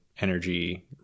energy